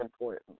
important